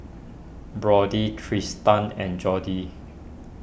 Brody Tristan and Jody